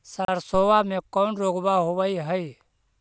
सरसोबा मे कौन रोग्बा होबय है?